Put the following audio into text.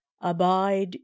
abide